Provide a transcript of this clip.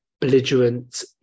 belligerent